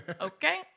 okay